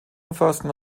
umfassten